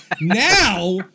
Now